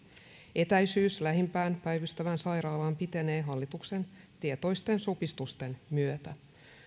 etäisyys lähimpään päivystävään sairaalaan pitenee hallituksen tietoisten supistusten myötä